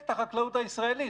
ריסקה את החקלאות הישראלית.